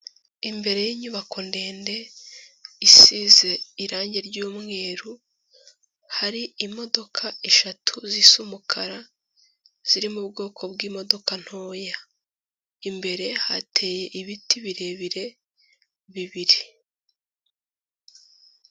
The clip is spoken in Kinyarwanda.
Imbere y'inyubako ndende isize irangi ry'umweru, hari imodoka eshatu zisa umukara ziri mu ubwoko bw'imodoka ntoya, imbere hateye ibiti birebire bibiri.